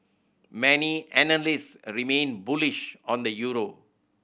many analyst a remain bullish on the euro